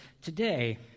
today